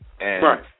Right